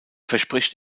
verspricht